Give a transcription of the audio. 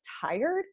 tired